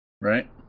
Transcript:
Right